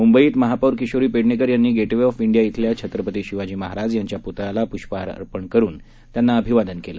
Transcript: मुंबईत महापौर किशोरी पेडणेकर यांनी गेट वे ऑफ डिया क्षेल्या छत्रपती शिवाजी महाराज यांच्या पुतळ्याला प्ष्पहार अर्पण करून त्यांना अभिवादन केलं